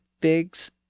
figs